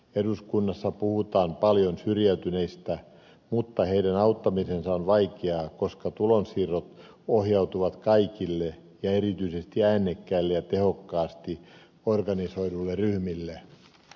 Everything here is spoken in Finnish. eduskunnassa puhutaan paljon syrjäytyneistä mutta heidän auttamisensa on vaikeaa koska tulonsiirrot ohjautuvat kaikille ja erityisesti äänekkäille ja tehokkaasti organisoiduille ryhmille